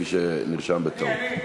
ולא השרה גמליאל כפי שנכתב בטעות.